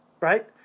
right